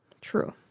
True